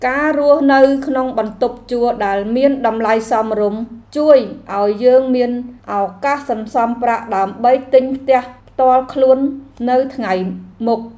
ការរស់នៅក្នុងបន្ទប់ជួលដែលមានតម្លៃសមរម្យ ជួយឱ្យយើងមានឱកាសសន្សំប្រាក់ដើម្បីទិញផ្ទះផ្ទាល់ខ្លួននៅថ្ងៃមុខ។